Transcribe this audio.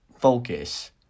Focus